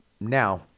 Now